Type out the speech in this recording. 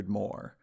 more